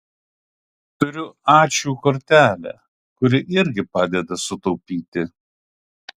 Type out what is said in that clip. turiu ačiū kortelę kuri irgi padeda sutaupyti